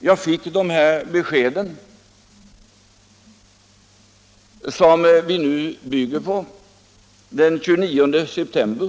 Jag fick de här beskeden, som vi nu bygger beräkningarna på, den 29 september.